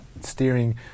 steering